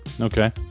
okay